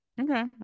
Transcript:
Okay